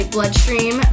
Bloodstream